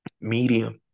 medium